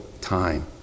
time